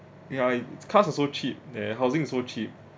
ya it it's cars are so cheap there housing so cheap